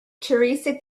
theresa